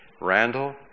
Randall